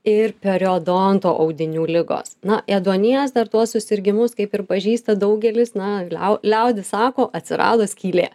ir periodonto audinių ligos na ėduonies dar tuos susirgimus kaip ir pažįsta daugelis na liau liaudis sako atsirado skylė